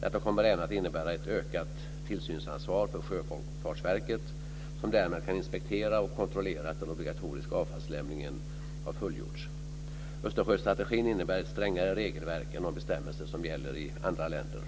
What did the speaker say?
Detta kommer även att innebära ett utökat tillsynsansvar för Sjöfartsverket som därmed kan inspektera och kontrollera att den obligatoriska avfallslämningen har fullgjorts. Östersjöstrategin innebär ett strängare regelverk än de bestämmelser som gäller i andra länder.